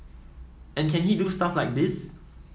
and can he do stuff like this